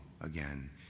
again